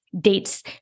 dates